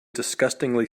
disgustingly